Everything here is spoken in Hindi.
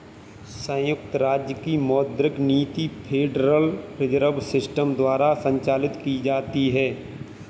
संयुक्त राज्य की मौद्रिक नीति फेडरल रिजर्व सिस्टम द्वारा संचालित की जाती है